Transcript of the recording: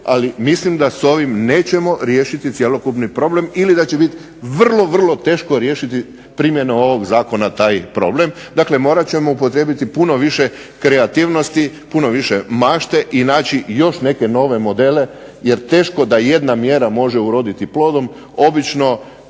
ali mislim da s ovim nećemo riješiti cjelokupni problem ili da će biti vrlo, vrlo teško riješiti primjenom ovog zakona taj problem. Dakle, morat ćemo upotrijebiti puno više kreativnosti, puno više mašte i naći još neke nove modele jer teško da jedna mjera može uroditi plodom. Obično